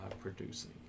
producing